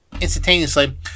instantaneously